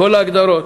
כל ההגדרות.